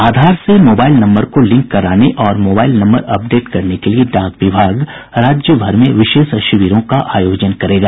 आधार से mobile number को link कराने और मोबाईल नम्बर अपडेट करने के लिए डाक विभाग राज्यभर में विशेष शिविरों का आयोजन करेगा